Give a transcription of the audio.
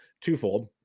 twofold